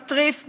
מטריף,